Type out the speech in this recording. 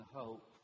hope